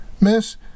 Miss